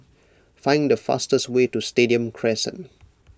find the fastest way to Stadium Crescent